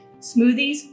smoothies